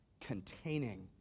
containing